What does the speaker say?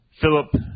Philip